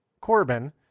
Corbin